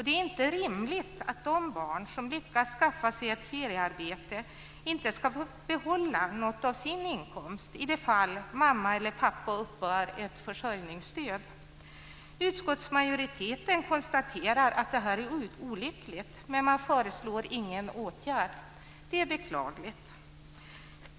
Det är inte rimligt att de barn som lyckas skaffa sig ett feriearbete inte ska få behålla något av sin inkomst i de fall mamma eller pappa uppbär ett försörjningsstöd. Utskottsmajoriteten konstaterar att det här är olyckligt, men man föreslår ingen åtgärd. Det är beklagligt.